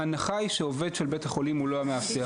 ההנחה היא שהעובד של בית החולים הוא לא המאבטח,